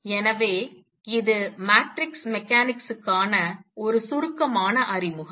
எனவே இது மேட்ரிக்ஸ் மெக்கானிக்ஸுக்கான ஒரு சுருக்கமான அறிமுகம்